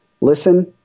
listen